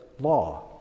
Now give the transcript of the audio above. Law